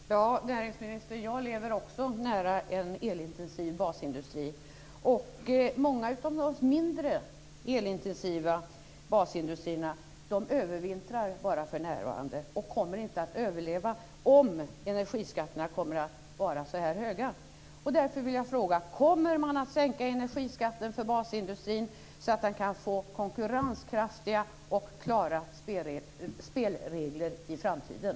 Fru talman! Näringsministern! Jag lever också nära en elintensiv basindustri. Många av de mindre, elintensiva basindustrierna övervintrar bara för närvarande. De kommer inte att överleva om energiskatterna fortsätter att vara så här höga. Därför vill jag fråga: Kommer man att sänka energiskatten för basindustrin så att den kan få konkurrenskraftiga och klara spelregler i framtiden?